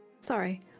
sorry